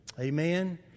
Amen